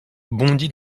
bondit